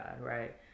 right